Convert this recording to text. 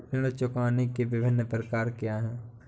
ऋण चुकाने के विभिन्न प्रकार क्या हैं?